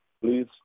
Please